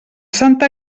santa